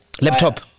Laptop